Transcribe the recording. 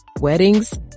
Weddings